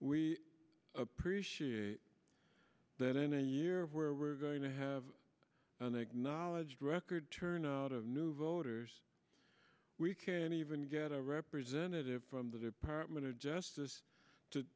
we appreciate that in a year where we're going to have an acknowledged record turnout of new voters we can't even get a representative from the department of justice to